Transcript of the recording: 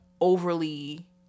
overly